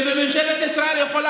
קטנה כזאת קטנה שבממשלת ישראל יכולה